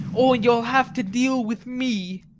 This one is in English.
or you'll have to deal with me.